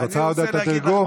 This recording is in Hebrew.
את רוצה עוד את התרגום?